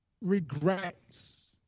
regrets